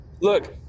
Look